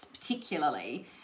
particularly